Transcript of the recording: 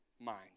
mind